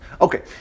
Okay